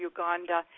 Uganda